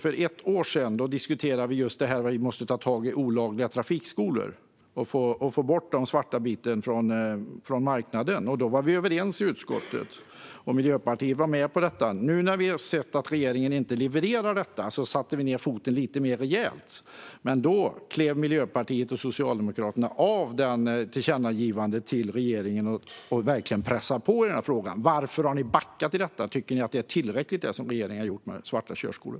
För ett år sedan diskuterade vi i utskottet att vi måste ta tag i detta med olagliga trafikskolor och få bort den svarta biten från marknaden. Då var vi överens i utskottet. Miljöpartiet var med på detta. När vi såg att regeringen inte levererade detta satte vi ned foten lite mer rejält. Men då klev Miljöpartiet och Socialdemokraterna av det tillkännagivande till regeringen som skulle pressa på i frågan. Varför har ni backat i detta? Tycker ni att det är tillräckligt, det som regeringen har gjort med svarta körskolor?